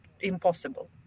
impossible